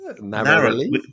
Narrowly